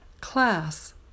Class